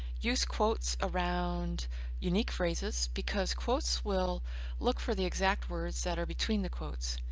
use quotes around unique phrases because quotes will look for the exact words that are between the quotes.